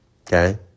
Okay